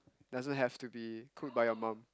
does it have to be cooked by your mom